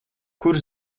kur